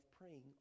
praying